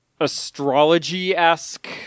astrology-esque